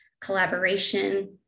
collaboration